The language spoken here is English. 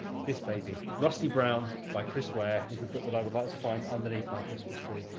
this baby rusty brown by chris ware is the book that i would like to find underneath my christmas tree.